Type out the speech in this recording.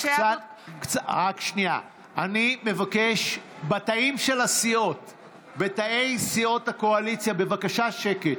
אני מבקש, בתאי סיעות הקואליציה, בבקשה שקט.